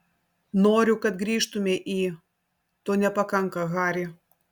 noriu kad grįžtumei į to nepakanka hari